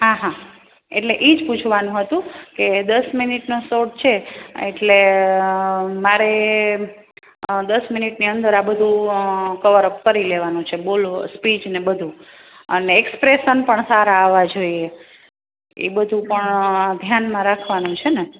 હા હા એટલે એ જ પૂછવાનું હતું કે દસ મિનિટનો સોટ છે એટલે મારે દસ મિનિટની અંદર આ બધું કવરઅપ કરી લેવાનું છે સ્પીચ ને બધું અને એક્સપ્રેસન પણ સારા આવવા જોઈએ એ બધું પણ ધ્યાનમાં રાખવાનું છે ને